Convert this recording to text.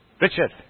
Richard